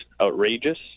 outrageous